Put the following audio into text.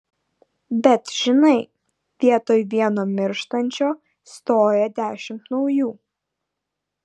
bet žinai vietoj vieno mirštančio stoja dešimt naujų